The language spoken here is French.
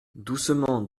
doucement